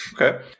okay